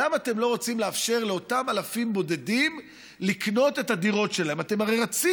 למה אתם לא רוצים לאפשר לאותם אלפים בודדים לקנות את הדירות שלהם?